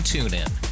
TuneIn